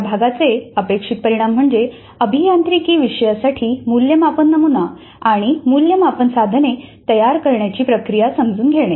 या भागाचे अपेक्षित परिणाम म्हणजेः अभियांत्रिकी विषयासाठी मूल्यमापन नमुना आणि मूल्यमापन साधने तयार करण्याची प्रक्रिया समजून घेणे